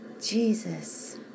Jesus